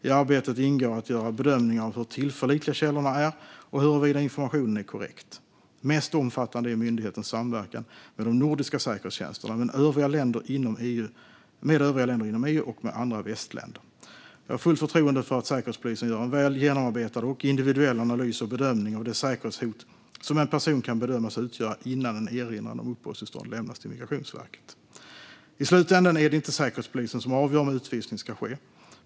I arbetet ingår att göra bedömningar av hur tillförlitliga källorna är och huruvida informationen är korrekt. Mest omfattande är myndighetens samverkan med de nordiska säkerhetstjänsterna, med övriga länder inom EU och med andra västländer. Jag har fullt förtroende för att Säkerhetspolisen gör en väl genomarbetad och individuell analys och bedömning av det säkerhetshot som en person kan bedömas utgöra innan en erinran mot uppehållstillstånd lämnas till Migrationsverket. I slutändan är det inte Säkerhetspolisen som avgör om utvisning ska ske.